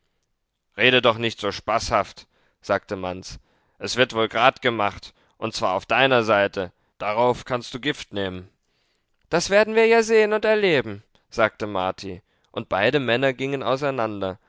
rede doch nicht so spaßhaft sagte manz es wird wohl grad gemacht und zwar auf deiner seite darauf kannte du gift nehmen das werden wir ja sehen und erleben sagte marti und beide männer gingen auseinander